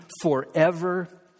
forever